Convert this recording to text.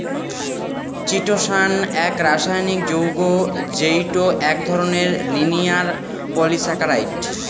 chitosan এক রাসায়নিক যৌগ্য যেইটো এক ধরণের লিনিয়ার পলিসাকারাইড